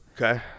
Okay